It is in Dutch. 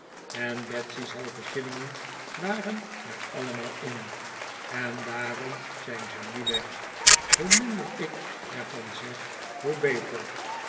en betsey's halve shillingen waren er allemaal in en daarom zijn ze nu weg hoe minder ik er van zeg hoe beter